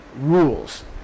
rules